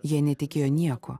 jie netikėjo niekuo